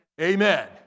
Amen